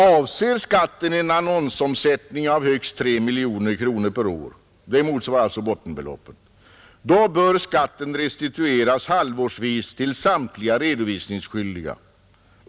Avser skatten en annonsomsättning av högst 3 miljoner kronor per år — det motsvarar alltså bottenbeloppet — bör skatten restitueras halvårsvis till samtliga redovisningsskyldiga.